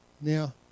Now